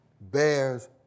bears